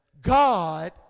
God